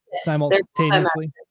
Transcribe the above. simultaneously